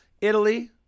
Italy